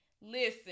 Listen